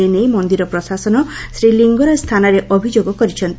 ଏ ନେଇ ମନ୍ଦିର ପ୍ରଶାସନ ଶ୍ରୀଲିଙ୍ଗରାକ ଥାନାରେ ଅଭିଯୋଗ କରିଛନ୍ତି